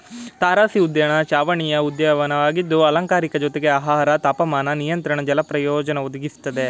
ತಾರಸಿಉದ್ಯಾನ ಚಾವಣಿಯ ಉದ್ಯಾನವಾಗಿದ್ದು ಅಲಂಕಾರಿಕ ಜೊತೆಗೆ ಆಹಾರ ತಾಪಮಾನ ನಿಯಂತ್ರಣ ಜಲ ಪ್ರಯೋಜನ ಒದಗಿಸ್ತದೆ